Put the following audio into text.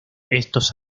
estos